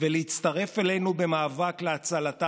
מספר החולים והמתים הרבה פחות משלנו,